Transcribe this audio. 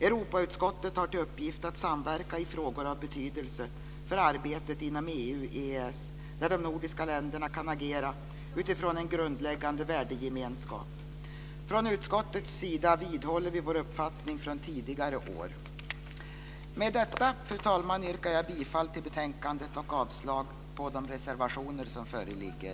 Europautskottet har till uppgift att samverka i frågor av betydelse för arbetet inom EU och EES, där de nordiska länderna kan agera utifrån en grundläggande värdegemenskap. Från utskottets sida vidhåller vi vår uppfattning från tidigare år. Med detta, fru talman, yrkar jag bifall till utskottets förslag och avslag på de reservationer som föreligger.